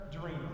dream